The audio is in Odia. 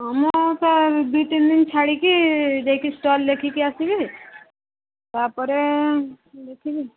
ହଁ ମୁଁ ସାର୍ ଦୁଇ ତିନି ଦିନ ଛାଡ଼ିକି ଯାଇକି ଷ୍ଟଲ୍ ଦେଖିକି ଆସିବି ତା'ପରେ ଦେଖିବି